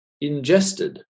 ingested